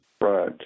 Right